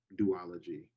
duology